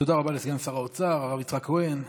תודה רבה לסגן שר האוצר הרב יצחק כהן.